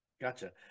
Gotcha